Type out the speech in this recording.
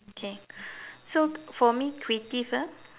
okay so for me creative ah